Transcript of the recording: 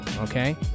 Okay